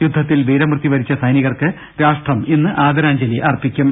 യുദ്ധത്തിൽ വീരമൃത്യുവരിച്ച സൈനികർക്ക് രാഷ്ട്രം ഇന്ന് ആദ രാഞ്ജലി അർപ്പിക്കും